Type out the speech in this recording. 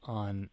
on